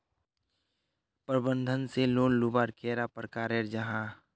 प्रबंधन से लोन लुबार कैडा प्रकारेर जाहा?